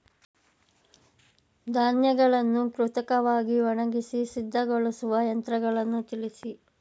ಧಾನ್ಯಗಳನ್ನು ಕೃತಕವಾಗಿ ಒಣಗಿಸಿ ಸಿದ್ದಗೊಳಿಸುವ ಯಂತ್ರಗಳನ್ನು ತಿಳಿಸಿ?